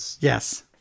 Yes